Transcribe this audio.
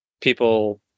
people